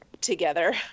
together